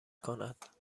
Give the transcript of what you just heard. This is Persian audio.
کند